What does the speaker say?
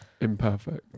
imperfect